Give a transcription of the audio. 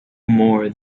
more